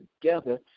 together